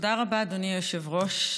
תודה רבה, אדוני היושב-ראש.